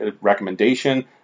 recommendation